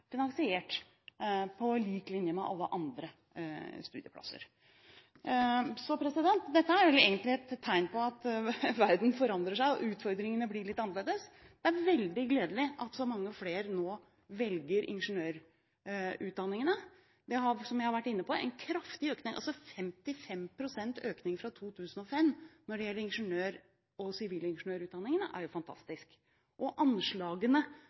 finansiert på lik linje med alle andre studieplasser. Dette er vel egentlig et tegn på at verden forandrer seg, og utfordringene blir litt annerledes. Det er veldig gledelig at så mange flere nå velger ingeniørutdanningene. Det har, som jeg vært inne på, vært en kraftig økning – 55 pst. økning fra 2005 når det gjelder ingeniør- og sivilingeniørutdanningene, er jo fantastisk. Anslagene